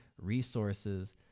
resources